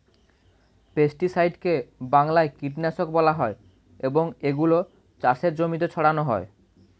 পেস্টিসাইডকে বাংলায় কীটনাশক বলা হয় এবং এগুলো চাষের জমিতে ছড়ানো হয়